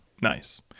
Nice